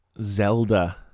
Zelda